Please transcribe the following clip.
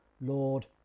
Lord